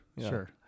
Sure